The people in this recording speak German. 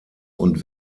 und